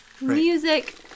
music